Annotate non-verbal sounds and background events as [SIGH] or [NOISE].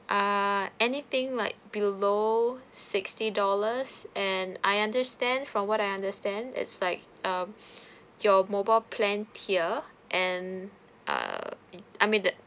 ah anything like below sixty dollars and I understand from what I understand it's like um [BREATH] your mobile plan tier and err I mean the